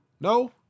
No